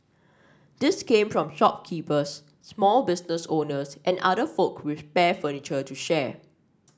these came from shopkeepers small business owners and other folk with spare furniture to share